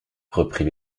reprit